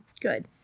Good